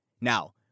Now